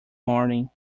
morning